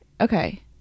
Okay